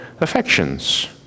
affections